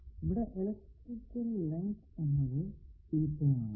ഇവിടെ electrical length എന്നത് ആണ്